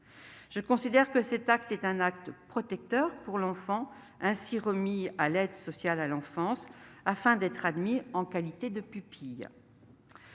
Je considère qu'il s'agit d'un acte protecteur pour l'enfant ainsi remis à l'aide sociale à l'enfance afin d'être admis en qualité de pupille.